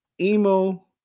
Emo